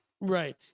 Right